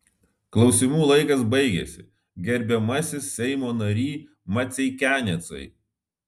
klausimų laikas baigėsi gerbiamasis seimo nary maceikianecai